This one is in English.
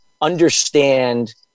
understand